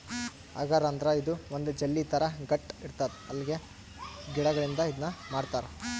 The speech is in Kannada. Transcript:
ಅಗರ್ ಅಂದ್ರ ಇದು ಒಂದ್ ಜೆಲ್ಲಿ ಥರಾ ಗಟ್ಟ್ ಇರ್ತದ್ ಅಲ್ಗೆ ಗಿಡಗಳಿಂದ್ ಇದನ್ನ್ ಮಾಡಿರ್ತರ್